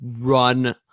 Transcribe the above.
run